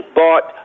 bought